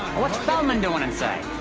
what's feldman doin' inside?